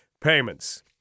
payments